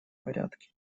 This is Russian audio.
порядке